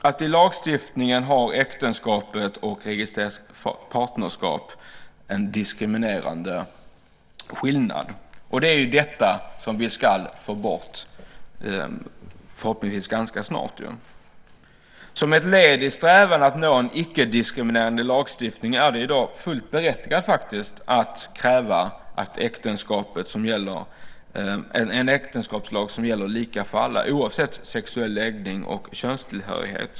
Att i lagstiftningen ha äktenskap och registrerat partnerskap är en diskriminerande skillnad. Det är det som vi ska få bort, förhoppningsvis ganska snart. Som ett led i strävan att nå en icke-diskriminerande lagstiftning är det i dag fullt berättigat att kräva en äktenskapslag som gäller lika för alla oavsett sexuell läggning och könstillhörighet.